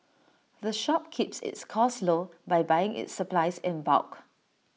the shop keeps its costs low by buying its supplies in bulk